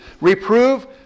reprove